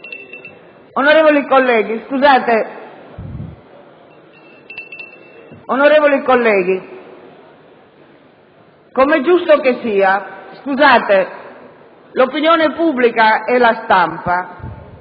Onorevoli colleghi, come è giusto che sia, l'opinione pubblica e la stampa,